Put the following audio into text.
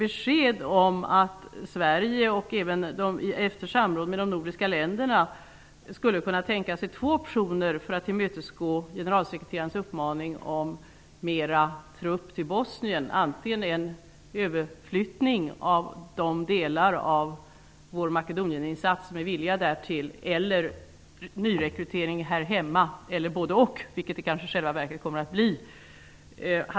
Efter samråd med de övriga nordiska länderna lämnade Sverige besked om att Sverige kan tänka sig två optioner för att tillmötesgå generalsekreterarens uppmaning om flera trupper till Bosnien. Det kan vara fråga om antingen en överflyttning av frivilliga från Makedonienstyrkan eller nyrekrytering här hemma eller både-och -- vilket det i själva verket kan komma att bli.